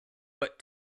but